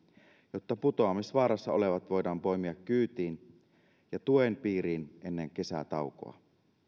jotta putoamisvaarassa olevat voidaan poimia kyytiin ja tuen piiriin ennen kesätaukoa